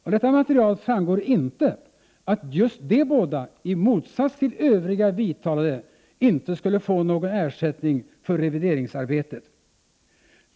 Av detta material framgår inte, att just de båda, i motsats till övriga vidtalade, inte skulle få någon ersättning för revideringsarbetet.